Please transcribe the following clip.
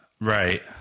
Right